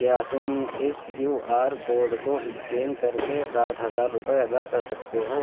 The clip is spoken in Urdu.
کیا تم اس کیو آر کوڈ کو اسکین کر کے ساٹھ ہزار روپے ادا کر سکتے ہو